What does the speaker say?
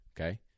Okay